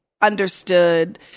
understood